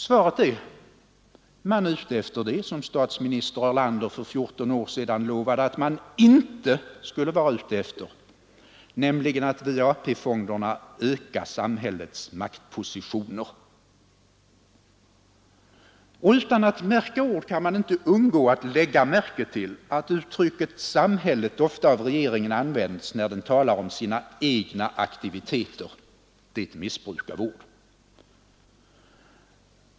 Svaret är: Man är ute efter det som statsminister Erlander för fjorton år sedan lovade att man inte skulle vara ute efter, nämligen att via AP-fonderna öka samhällets maktpositioner. Utan att märka ord kan man inte undgå att lägga märke till att uttrycket ”samhället” ofta av regeringen används när den talar om sina egna aktiviteter. Det är ett missbruk av ord.